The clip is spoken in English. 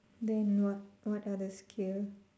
then what what are the skill